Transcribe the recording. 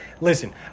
listen